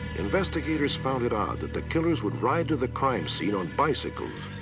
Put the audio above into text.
investigators found it odd that the killers would ride to the crime scene on bicycles.